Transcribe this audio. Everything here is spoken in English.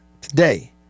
today